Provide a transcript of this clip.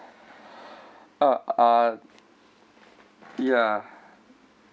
uh uh ya